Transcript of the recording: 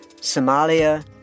Somalia